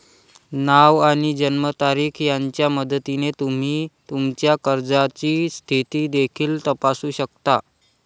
नाव आणि जन्मतारीख यांच्या मदतीने तुम्ही तुमच्या कर्जाची स्थिती देखील तपासू शकता